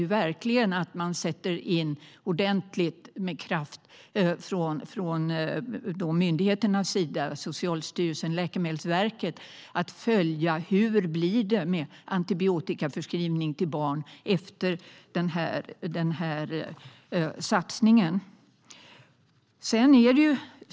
Jag hoppas att Socialstyrelsen och Läkemedelsverket lägger ordentlig kraft på att följa hur det blir med antibiotikaförskrivning till barn i och med denna satsning.